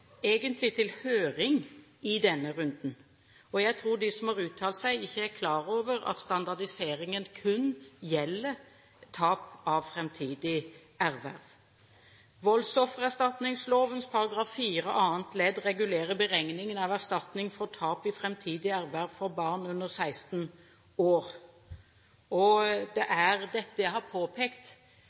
egentlig ikke vært til høring i denne runden, og jeg tror de som har uttalt seg, ikke er klar over at standardiseringen kun gjelder tap av framtidig erverv. Voldsoffererstatningsloven § 4 annet ledd regulerer beregningen av erstatning for tap i framtidig erverv for barn under 16 år. Det er dette jeg har påpekt